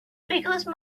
because